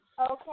Okay